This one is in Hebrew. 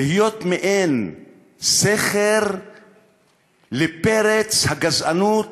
להיות מעין סכר לפרץ הגזענות